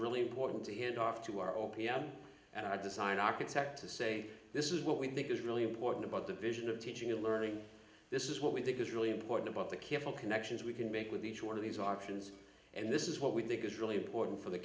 really important to hand off to our o p m and i design architect to say this is what we think is really important about the vision of teaching and learning this is what we think is really important about the careful connections we can make with each one of these options and this is what we think is really important for the